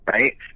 right